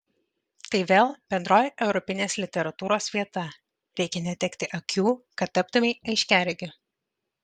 tai vėl bendroji europinės literatūros vieta reikia netekti akių kad taptumei aiškiaregiu